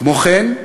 כמו כן,